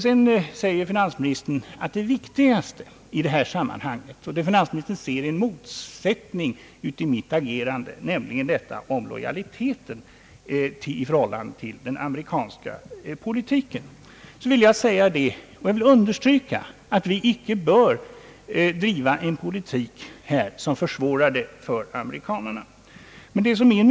Sedan säger finansministern, att det viktigaste i detta sammanhang är lojaliteten i förhållande till den amerikanska politiken, och där ser finansministern en motsättning i mitt agerande. Jag vill understryka, att vi icke bör driva en politik här i vårt land som skapar ökade svårigheter för amerikanerna.